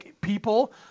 people